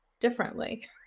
differently